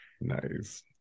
Nice